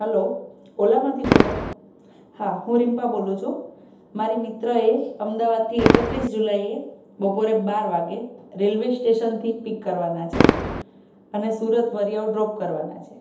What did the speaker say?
hello ઓલામાંથી બોલો હા હું રિમ્પા બોલું છું મારી મિત્રએ અમદાવાદથી એકત્રીસ જુલાઈએ બપોરે બાર વાગ્યે રેલ્વે સ્ટેશનથી પિક કરવાના છે અને સુરત વરીઆઉ ડ્રોપ કરવાના છે